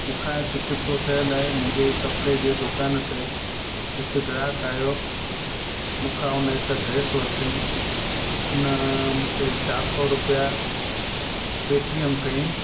मूंखां हिकु क़िसो थियलु आहे मुंहिंजे कपिड़े जे दुकान ते हिकु ग्राहक आहियो मूंखां उन हिकु ड्रेस वरितईं उन मूंखे चारि सौ रुपया पेटीएम कयईं